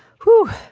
who